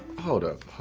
hold up.